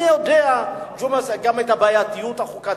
אני יודע, ג'ומס, גם את הבעייתיות החוקתית,